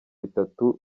bitatu